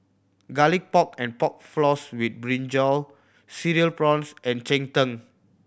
Garlic Pork and Pork Floss with brinjal Cereal Prawns and cheng tng